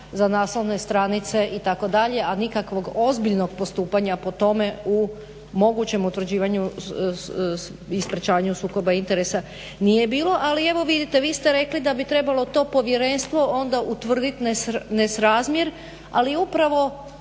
za naslovne stranice itd., a nikakvog ozbiljnog postupanja po tome u mogućem utvrđivanju i sprečavanju sukoba interesa nije bilo. Ali evo vidite, vi ste rekli da bi trebalo to povjerenstvo onda utvrdit nesrazmjer ali upravo